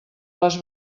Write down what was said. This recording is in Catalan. les